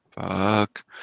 Fuck